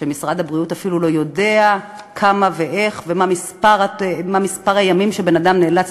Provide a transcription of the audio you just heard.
שמשרד הבריאות אפילו לא יודע כמה ואיך ומה מספר הימים שבן-אדם נאלץ,